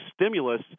stimulus